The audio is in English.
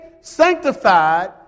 sanctified